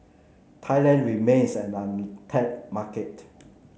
Thailand remains an untapped market